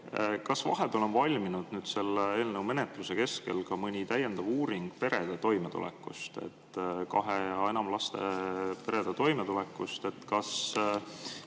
Kas vahepeal on valminud nüüd selle eelnõu menetluse kestel ka mõni täiendav uuring perede toimetuleku kohta, kahe ja enama lapsega perede toimetuleku kohta?